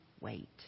wait